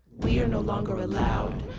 we are no longer allowed.